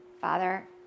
Father